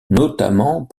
notamment